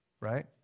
right